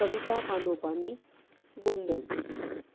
कविता पानोपानी गोंदण